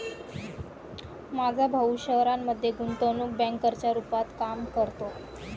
माझा भाऊ शहरामध्ये गुंतवणूक बँकर च्या रूपात काम करतो